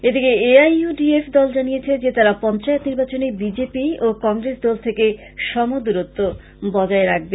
এদিকে A I U D F দল জানিয়েছে যে তারা পঞ্চায়েত নির্বাচনে বিজেপি ও কংগ্রেস দল থেকে সমদূরত্ব বজায় রাখবে